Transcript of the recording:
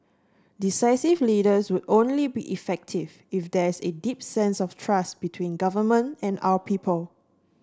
decisive leaders would only be effective if there's a deep sense of trust between government and our people